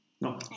No